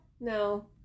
No